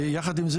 ויחד עם זה